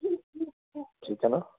ਠੀਕ ਹੈ ਨਾ